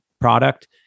product